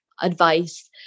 advice